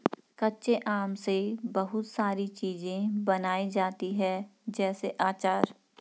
कच्चे आम से बहुत सारी चीज़ें बनाई जाती है जैसे आचार